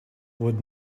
would